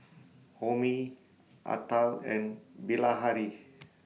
Homi Atal and Bilahari